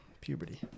Puberty